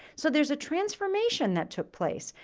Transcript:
so there's a transformation that took place.